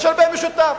יש הרבה משותף.